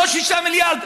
לא 6 מיליארד,